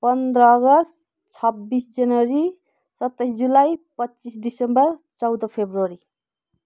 पन्ध्र अगस्त छब्बिस जनवरी सत्ताइस जुलाई पच्चिस डिसेम्बर चौध फरवरी